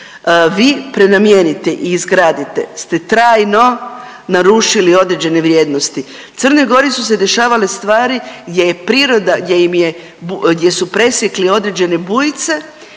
vi prenamijenite i izgradite ste trajno narušili određene vrijednosti. Crnoj Gori su se dešavale stvari gdje je priroda, gdje